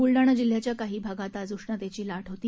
बूलडाणा जिल्ह्याच्या काही भागात आज उष्णतेची लाट होती